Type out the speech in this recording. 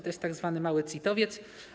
To jest tzw. mały CIT-owiec.